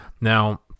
Now